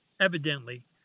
evidently